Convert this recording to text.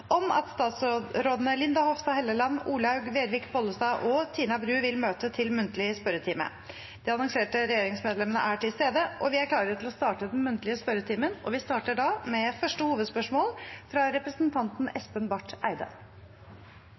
om at statsrådene Linda Hofstad Helleland, Olaug Vervik Bollestad og Tina Bru vil møte til muntlig spørretime. De annonserte regjeringsmedlemmene er til stede, og vi er klare til å starte den muntlige spørretimen. Vi starter da med første hovedspørsmål, fra representanten Espen Barth Eide.